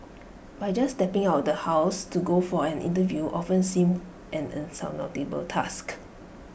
by just stepping out the house to go for an interview often seemed an insurmountable task